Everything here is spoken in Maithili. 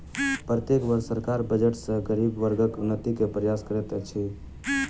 प्रत्येक वर्ष सरकार बजट सॅ गरीब वर्गक उन्नति के प्रयास करैत अछि